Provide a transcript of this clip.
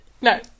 No